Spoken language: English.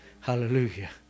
Hallelujah